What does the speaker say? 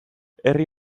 herri